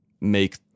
make